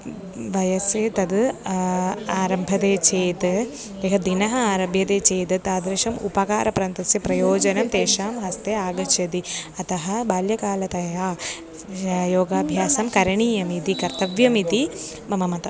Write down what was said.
वयसि तद् आरभ्यते चेद् यं दिनम् आरभ्यते चेद् तादृशम् उपकारप्रान्तस्य प्रयोजनं तेषां हस्ते आगच्छति अतः बाल्यकालतया योगाभ्यासं करणीयमिति कर्तव्यम् इति मम मतम्